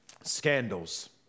Scandals